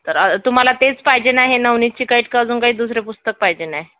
तर तुम्हाला तेच पाहिजे ना हे नवनीतची गाईड का अजून काही दुसरं पुस्तक पाहिजेन आहे